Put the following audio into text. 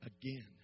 again